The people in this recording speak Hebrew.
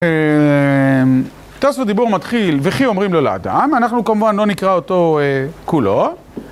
תוספות דיבור מתחיל, וכי אומרים לו לאדם, אנחנו כמובן לא נקרא אותו כולו.